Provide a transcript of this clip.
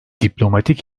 diplomatik